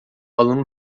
aluno